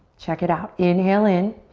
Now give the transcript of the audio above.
check it out, inhale in.